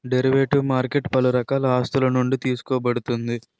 derivative market పలు రకాల ఆస్తులునుండి తీసుకోబడుతుంది